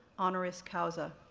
honoris causa.